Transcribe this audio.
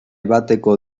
bateko